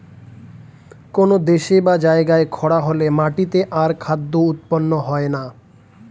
কোন দেশে বা জায়গায় খরা হলে মাটিতে আর খাদ্য উৎপন্ন হয় না